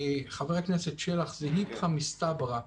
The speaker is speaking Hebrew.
חבר הכנסת שלח, זה איפכא מסתברא.